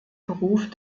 beruf